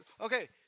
Okay